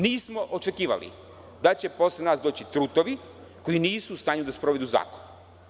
Nismo očekivali da će posle nas doći trutovi koji nisu u stanju da sprovedu zakon.